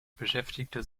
beschäftigte